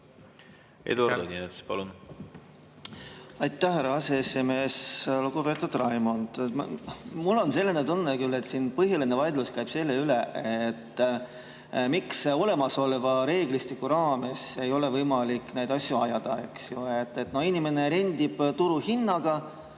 Aitäh, härra aseesimees! Lugupeetud Raimond! Mul on küll selline tunne, et põhiline vaidlus käib siin selle üle, miks olemasoleva reeglistiku raames ei ole võimalik neid asju ajada. Inimene rendib turuhinnaga.